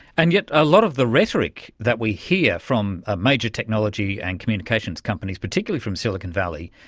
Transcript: and yet a lot of the rhetoric that we hear from ah major technology and communications companies, particularly from silicon valley,